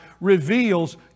reveals